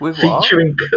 Featuring